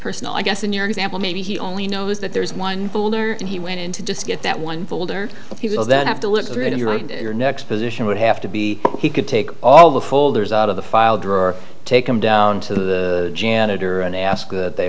personal i guess in your example maybe he only knows that there's one folder and he went in to just get that one folder and he will then have to look for it in your next position would have to be he could take all the folders out of the file drawer take them down to the janitor and ask that they